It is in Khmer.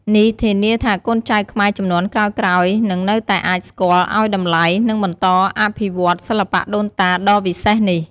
នេះធានាថាកូនចៅខ្មែរជំនាន់ក្រោយៗនឹងនៅតែអាចស្គាល់ ឱ្យតម្លៃ និងបន្តអភិវឌ្ឍសិល្បៈដូនតាដ៏វិសេសនេះ។